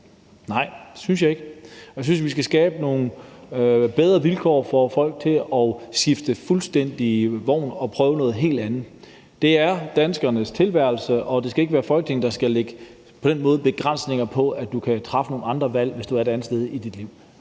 Nej, det synes jeg ikke. Jeg synes, vi skal skabe nogle bedre vilkår i forhold til fuldstændig at skifte vogn og prøve noget helt andet. Det er danskernes tilværelse, og det skal ikke være Folketinget, der på den måde skal lægge begrænsninger på, at du kan træffe nogle andre valg, hvis du er et andet sted i dit liv.